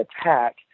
attack